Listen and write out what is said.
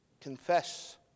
confess